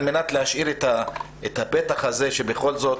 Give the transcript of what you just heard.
על מנת להשאיר את הפתח הזה שבכל זאת,